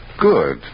Good